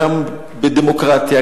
גם בדמוקרטיה,